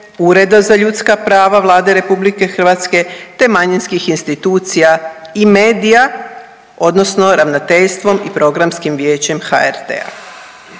ureda za ljudska prava Vlade RH, te manjinskih institucija i medija odnosno ravnateljstvom i programskim vijećem HRT-a.